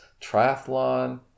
triathlon